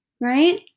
Right